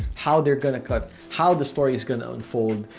how they're gonna cut, how the story is gonna unfold,